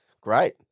Great